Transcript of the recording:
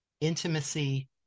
intimacy